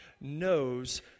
knows